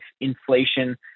inflation